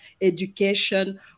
education